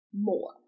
more